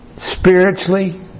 spiritually